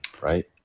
right